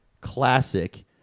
classic